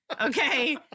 Okay